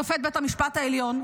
שופט בית המשפט העליון,